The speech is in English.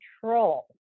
control